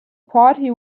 party